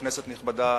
כנסת נכבדה,